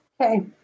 Okay